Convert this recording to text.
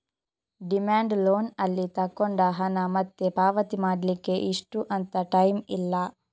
demand loan ಅಲ್ಲಿ ತಗೊಂಡ ಹಣ ಮತ್ತೆ ಪಾವತಿ ಮಾಡ್ಲಿಕ್ಕೆ ಇಷ್ಟು ಅಂತ ಟೈಮ್ ಇಲ್ಲ